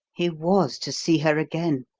he was to see her again,